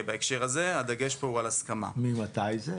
ממתי זה?